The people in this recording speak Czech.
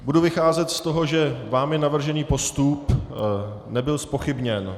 Budu vycházet z toho, že vámi navržený postup nebyl zpochybněn.